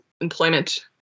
employment